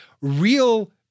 real